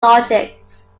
logics